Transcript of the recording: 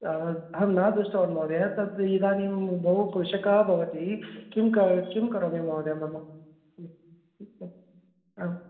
अहं न दृष्टवान् महोदय तद् इदानीं बहु कृशकः भवति किं किं किं करोमि महोदय मम आम्